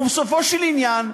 ובסופו של עניין,